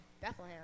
Bethlehem